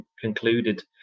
concluded